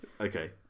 Okay